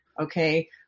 okay